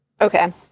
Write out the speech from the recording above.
Okay